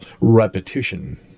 repetition